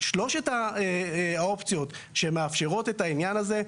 שלוש האופציות שמאפשרות את העניין הזה,